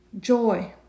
joy